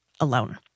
alone